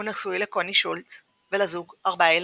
הוא נשוי לקוני שולץ ולזוג 4 ילדים.